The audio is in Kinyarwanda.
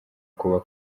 kuba